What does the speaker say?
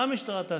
מה המשטרה תעשה,